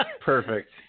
Perfect